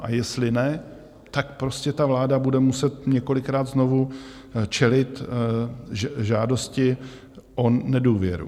A jestli ne, tak prostě vláda bude muset několikrát znovu čelit žádosti o nedůvěru.